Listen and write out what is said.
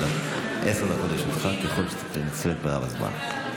עשר דקות לרשותך, ככל שתנצל את מרב הזמן.